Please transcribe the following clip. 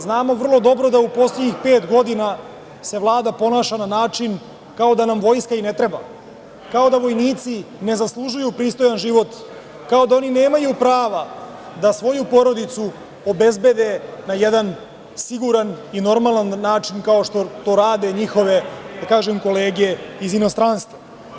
Znamo vrlo dobro da u poslednjih pet godina se Vlada ponaša na način kao da nam vojska i ne treba, kao da vojnici ne zaslužuju pristojan život, kao da oni nemaju prava da svoju porodicu obezbede na jedan siguran i normalan način, kao što to rade njihove kolege iz inostranstva.